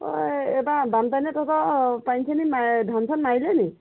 ঐ এইবাৰ বানপানীয়ে তহঁতৰ পানী চানী মা ধান চান মাৰিলে নেকি